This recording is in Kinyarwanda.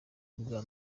ubwa